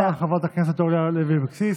תודה רבה, חברת הכנסת אורלי לוי אבקסיס.